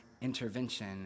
intervention